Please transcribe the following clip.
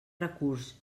recurs